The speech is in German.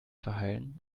verheilen